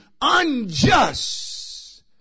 unjust